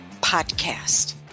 podcast